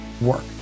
work